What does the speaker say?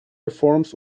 reforms